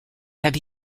have